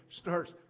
starts